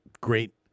great